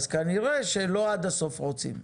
כנראה שלא עד הסוף רוצים.